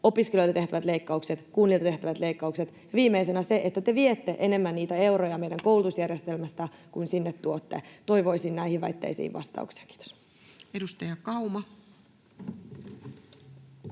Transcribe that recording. Opiskelijoille tehtävät leikkaukset, kunnilta tehtävät leikkaukset ja viimeisenä se, että te viette enemmän niitä euroja meidän koulutusjärjestelmästä kuin sinne tuotte. Toivoisin näihin väitteisiin vastauksia. — Kiitos.